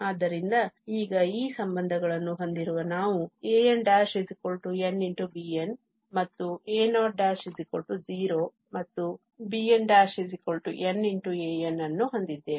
ಆದ್ದರಿಂದ ಈಗ ಈ ಸಂಬಂಧಗಳನ್ನು ಹೊಂದಿರುವ ನಾವು a'nn bn ಮತ್ತು a'00 ಮತ್ತು b'nn an ಅನ್ನು ಹೊಂದಿದ್ದೇವೆ